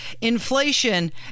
inflation